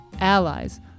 allies